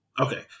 Okay